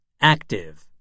active